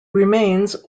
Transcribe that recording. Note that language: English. remains